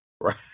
Right